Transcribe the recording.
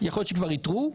יכול להיות שכבר איתרו,